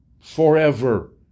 Forever